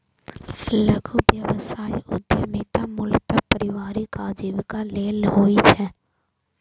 लघु व्यवसाय उद्यमिता मूलतः परिवारक आजीविका लेल होइ छै